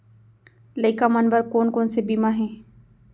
लइका मन बर कोन कोन से बीमा हे?